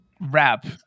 rap